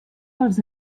els